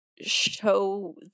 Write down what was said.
show